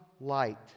light